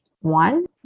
One